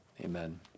amen